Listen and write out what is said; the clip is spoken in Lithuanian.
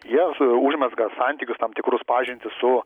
jie užmezga santykius tam tikrus pažintį su